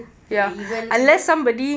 they even even